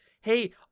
hey